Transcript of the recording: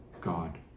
God